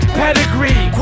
pedigree